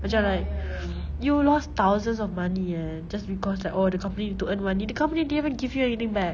macam like you lost thousands of money eh just because like orh the company need to earn money the company didn't give you anything back